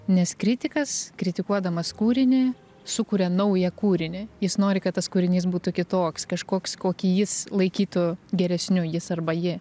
nes kritikas kritikuodamas kūrinį sukuria naują kūrinį jis nori kad tas kūrinys būtų kitoks kažkoks kokį jis laikytų geresniu jis arba ji